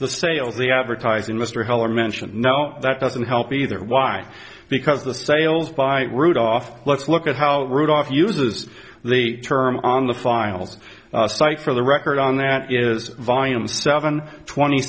the sale the advertising mr heller my no that doesn't help either why because of the sales by rudolph let's look at how rudolph uses the term on the files site for the record on that is volume seven twenty